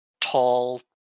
tall